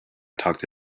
talked